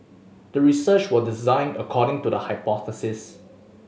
the research was designed according to the hypothesis